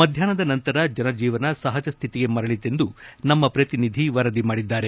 ಮಧ್ಯಾಷ್ನದ ನಂತರ ಜನಜೀವನ ಸಹಜ ಸ್ಥಿತಿಗೆ ಮರಳಿತೆಂದು ನಮ್ಮ ಪ್ರತಿನಿಧಿ ವರದಿಮಾಡಿದ್ದಾರೆ